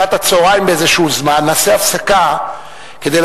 בשעת הצהריים באיזה זמן נעשה הפסקה כדי